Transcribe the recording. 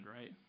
right